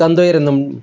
कंदो ई रहंदुमि